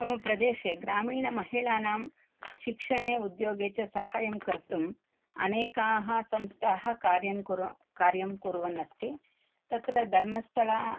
मम प्रदेशे ग्रामीणमहिलानां शिक्षणे उद्योगे च साहाय्यं कर्तुम् अनेकाः संस्थाः कार्यं कुर् कार्यं कुर्वन् अस्ति तत्र धर्मस्थल